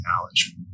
knowledge